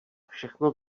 všechno